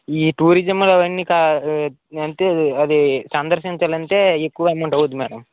ఈ టూరిజం అవన్నీ కా అంటే అది అది సందర్శించాలంటే ఎక్కువ అమౌంట్ అవ్వుద్ది మేడం